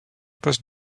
poste